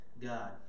God